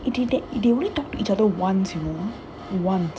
he did they they only talked to each other once you know once